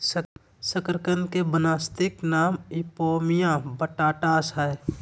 शकरकंद के वानस्पतिक नाम इपोमिया बटाटास हइ